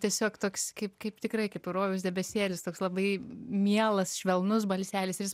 tiesiog toks kaip kaip tikrai kaip rojaus debesėlis toks labai mielas švelnus balselis ir jis